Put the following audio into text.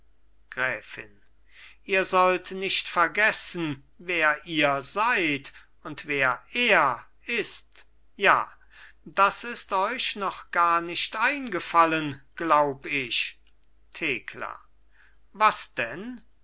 gräfin ihr sollt nicht vergessen wer ihr seid und wer er ist ja das ist euch noch gar nicht eingefallen glaub ich thekla was denn